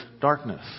darkness